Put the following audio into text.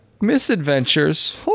misadventures